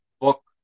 book